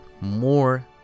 more